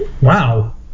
Wow